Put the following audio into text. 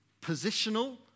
positional